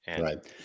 Right